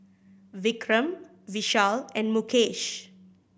Vikram Vishal and Mukesh